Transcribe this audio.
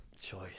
Choice